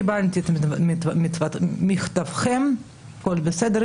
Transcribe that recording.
קיבלתי את מכתבתכם, הכול בסדר.